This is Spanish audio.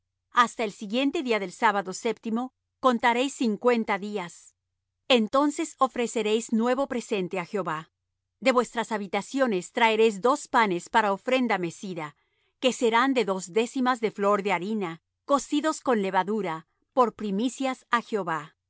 hasta el siguiente día del sábado séptimo contaréis cincuenta días entonces ofreceréis nuevo presente a jehová de vuestras habitaciones traeréis dos panes para ofrenda mecida que serán de dos décimas de flor de harina cocidos con levadura por primicias á jehová